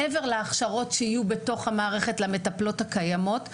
מעבר להכשרות שיהיו בתוך המערכת למטפלות הקיימות,